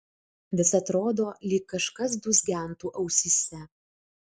vis atrodo lyg kažkas dūzgentų ausyse